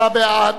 33 בעד,